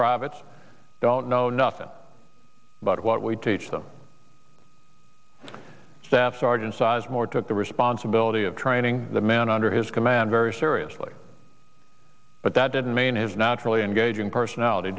privates don't know nothing about what we teach them staff sergeant sizemore took the responsibility of training the men under his command very seriously but that didn't mean his naturally engaging personality